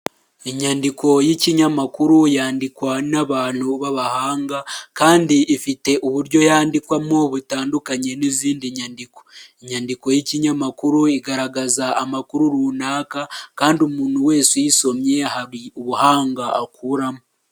Inyandiko y'ikinyamakuru yandikwa n'abantu b'abahanga kandi ifite uburyo yandikwamo butandukanye n'izindi nyandiko, inyandiko y'ikinyamakuru igaragaza amakuru runaka kandi umuntu wese uyisomye hari ubuhanga akuramo.